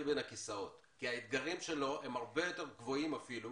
בין הכיסאות כי האתגרים שלו הרבה יותר גדולים אפילו